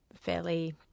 fairly